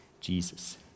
Jesus